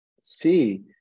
see